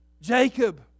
Jacob